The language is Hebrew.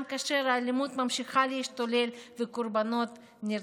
גם כאשר האלימות ממשיכה להשתולל וקורבנות נרצחים.